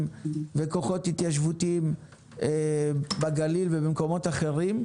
וכוחות התיישבותיים בגליל ובמקומות אחרים.